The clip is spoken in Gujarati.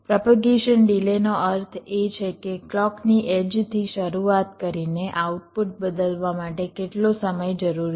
પ્રોપેગેશન ડિલેનો અર્થ એ છે કે ક્લૉકની એડ્જથી શરુઆત કરીને આઉટપુટ બદલવા માટે કેટલો સમય જરૂરી છે